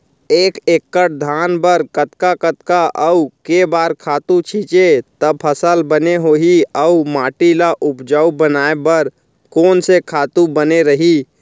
एक एक्कड़ धान बर कतका कतका अऊ के बार खातू छिंचे त फसल बने होही अऊ माटी ल उपजाऊ बनाए बर कोन से खातू बने रही?